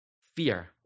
fear